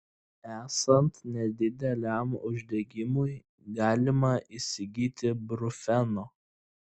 esant nedideliam uždegimui galima įsigyti brufeno